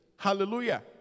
Hallelujah